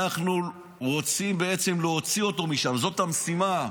אנחנו רוצים בעצם להוציא אותו משם, זאת המשימה.